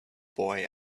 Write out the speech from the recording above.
boy